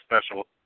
special